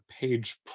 page